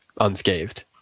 unscathed